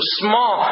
small